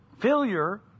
Failure